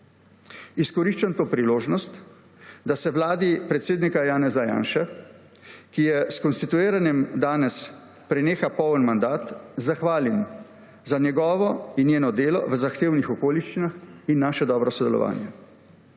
Izkoriščam to priložnost, da se vladi predsednika Janeza Janše, ki ji s konstituiranjem danes preneha poln mandat, zahvalim za njegovo in njeno delo v zahtevnih okoliščinah in naše dobro sodelovanje.